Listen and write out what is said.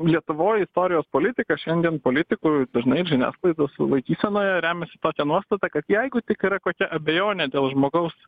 lietuvoj istorijos politika šiandien politikų dažnai žiniasklaidos laikysenoje remiasi tokia nuostata kad jeigu tik yra kokia abejonė dėl žmogaus